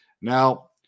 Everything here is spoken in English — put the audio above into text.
Now